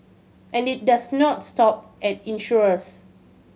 and it does not stop at insurers